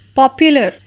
popular